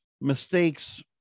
mistakes